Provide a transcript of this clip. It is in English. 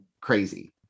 crazy